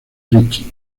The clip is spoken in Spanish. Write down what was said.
ricci